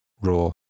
raw